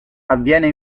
avviene